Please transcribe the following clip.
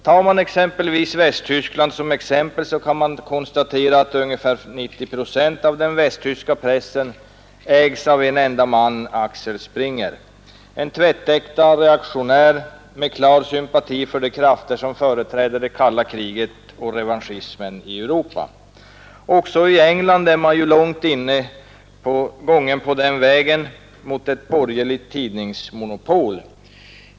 Tar man Västtyskland som exempel, så kan man konstatera att ungefär 90 procent av den västtyska pressen ägs av en enda man, Axel Springer — en tvättäkta reaktionär med klar sympati för de krafter som företräder det kalla kriget och revanschismen i Europa. Också i England är man långt gången på vägen mot ett borgerligt tidningsmonopol.